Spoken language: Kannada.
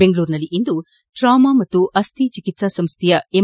ಬೆಂಗಳೂರಿನಲ್ಲಿ ಇಂದು ಟ್ರಾಮಾ ಮತ್ತು ಅಶ್ಶಿ ಚಿಕಿತ್ಸಾ ಸಂಸ್ಥೆಯ ಎಂ